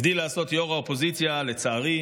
הגדיל לעשות יו"ר האופוזיציה, לצערי,